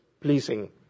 pleasing